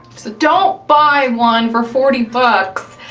so don't buy one for forty bucks,